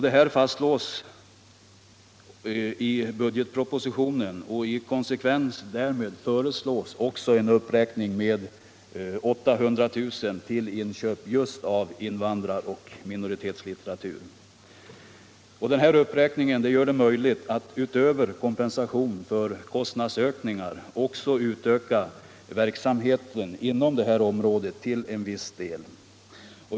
Detta fastslås i budgetpropositionen, och i konsekvens därmed föreslås också en uppräkning med 800 000 kr. till inköp av invandraroch minoritetslitteratur. Den uppräkningen kompenserar kostnadsökningarna men gör det också möjligt att till viss del utöka verksamheten inom det här området.